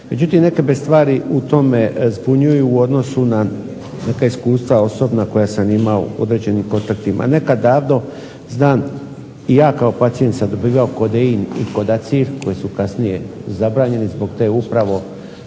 Međutim, neke me stvari u tome zbunjuju u odnosu na neka iskustva osobna koja sam imao u određenim kontaktima. Nekad davno znam i ja kao pacijent sam dobivao kodein i kodaciv koji su kasnije zabranjeni zbog te upravo